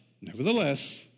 nevertheless